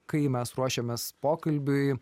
kai mes ruošėmės pokalbiui